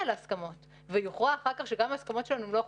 להסכמות ויוכרע אחר כך שההסכמות שלנו לא חוקיות,